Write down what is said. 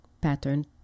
pattern